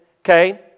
okay